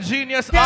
Genius